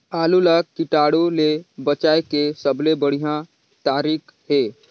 आलू ला कीटाणु ले बचाय के सबले बढ़िया तारीक हे?